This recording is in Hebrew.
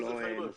מה זה חיימ"ש?